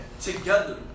together